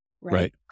right